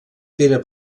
pere